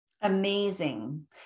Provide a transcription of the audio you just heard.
Amazing